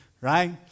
Right